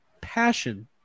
passion